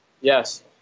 Yes